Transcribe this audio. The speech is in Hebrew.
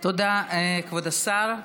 תודה, כבוד השר.